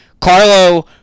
Carlo